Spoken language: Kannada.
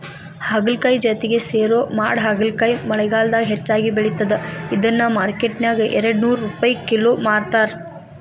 ಹಾಗಲಕಾಯಿ ಜಾತಿಗೆ ಸೇರೋ ಮಾಡಹಾಗಲಕಾಯಿ ಮಳೆಗಾಲದಾಗ ಹೆಚ್ಚಾಗಿ ಬೆಳಿತದ, ಇದನ್ನ ಮಾರ್ಕೆಟ್ನ್ಯಾಗ ಎರಡನೂರ್ ರುಪೈ ಕಿಲೋ ಮಾರ್ತಾರ